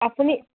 আপুনি